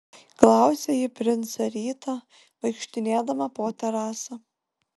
klausė ji princą rytą vaikštinėdama po terasą